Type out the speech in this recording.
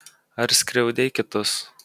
ar skriaudei kitus